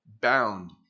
bound